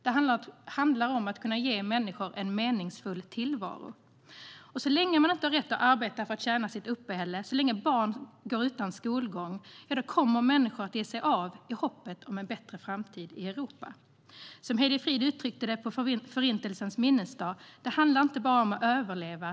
Det handlar om att kunna ge människor en meningsfull tillvaro. Och så länge de inte har rätt att arbeta för att tjäna sitt uppehälle och så länge barn går utan skolgång, ja, då kommer människor att ge sig av i hoppet om en bättre framtid i Europa. Som Hédi Fried uttryckte det på Förintelsens minnesdag: Det handlar inte bara om att överleva.